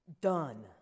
done